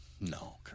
no